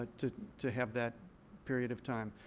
ah to to have that period of time.